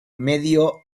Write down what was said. medio